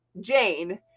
Jane